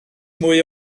mwy